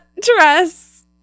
dress